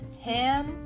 Ham